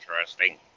interesting